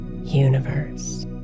universe